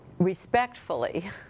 respectfully